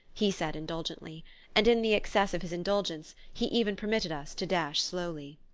he said indulgently and in the excess of his indulgence he even permitted us to dash slowly.